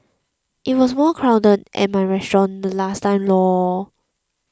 it was more crowded at my restaurant last time lor